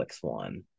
one